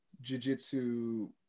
Jiu-Jitsu